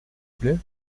plait